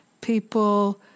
people